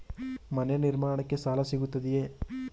ಮನೆ ನಿರ್ಮಾಣಕ್ಕೆ ಸಾಲ ಸಿಗುತ್ತದೆಯೇ?